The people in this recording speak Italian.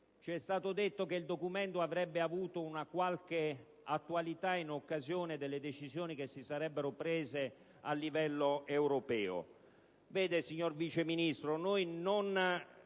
Ci è stato inoltre detto che il documento avrebbe avuto una qualche attualità in occasione delle decisioni che si sarebbero assunte a livello europeo.